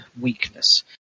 weakness